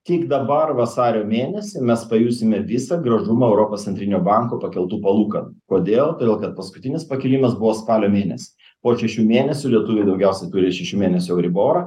tik dabar vasario mėnesį mes pajusime visą gražumą europos centrinio banko pakeltų palūkanų kodėl todėl kad paskutinis pakilimas buvo spalio mėnesį po šešių mėnesių lietuviai daugiausiai turi šešių mėnesių euriborą